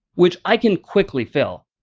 which i can quickly fill.